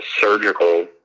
surgical